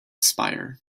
spire